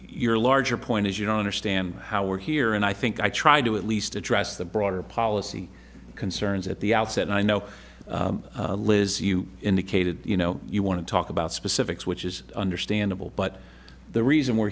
your larger point is you don't understand how we're here and i think i tried to at least address the broader policy concerns at the outset i know liz you indicated you know you want to talk about specifics which is understandable but the reason we're